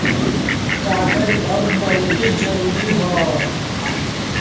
कागज अब बहुते जरुरी हौ